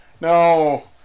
No